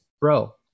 bro